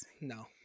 No